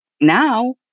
Now